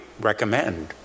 recommend